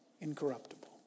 incorruptible